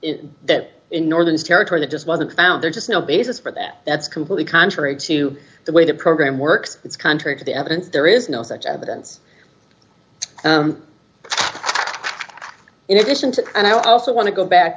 that in northern territory that just wasn't found there just no basis for that that's completely contrary to the way the program works it's contrary to the evidence there is no such evidence thanks in addition to and i also want to go back